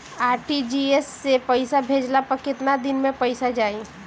RTGS से पईसा भेजला पर केतना दिन मे पईसा जाई?